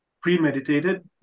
premeditated